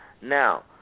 Now